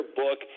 book